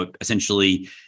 essentially